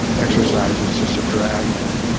exercise is just a drag, man.